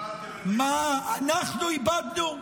איבדתם את ההזדמנות --- אנחנו איבדנו?